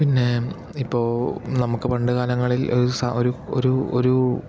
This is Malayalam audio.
പിന്നേ ഇപ്പോൾ നമുക്ക് പണ്ടുകാലങ്ങളിൽ ഈ സാ ഒരു ഒരു ഒരു